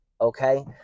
Okay